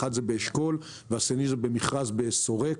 תחנה אחת באשכול והשנייה במכרז בשורק,